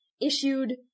issued